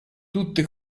tutte